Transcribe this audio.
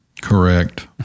Correct